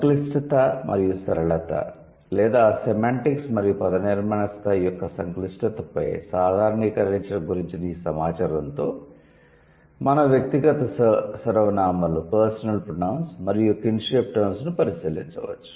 సంక్లిష్టత మరియు సరళత లేదా సెమాంటిక్స్ మరియు పదనిర్మాణ స్థాయి యొక్క సంక్లిష్టతపై సాధారణీకరణల గురించిన ఈ సమాచారంతో మనం వ్యక్తిగత సర్వనామాలు మరియు కిన్షిప్ టర్మ్స్ ను పరిశీలించవచ్చు